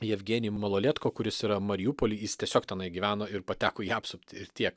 jevgenijum malolietko kuris yra mariupoly jis tiesiog tenai gyveno ir pateko į apsuptį ir tiek